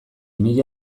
mila